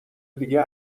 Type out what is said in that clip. دیگه